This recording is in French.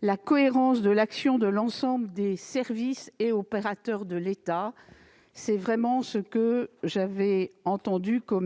la cohérence de l'action de l'ensemble des services et des opérateurs de l'État. Tel est bien le souhait que j'avais entendu, tant